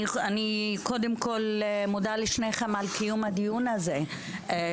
אני קודם כל מודה לשניכם על קיום הדיון הזה.